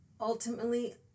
ultimately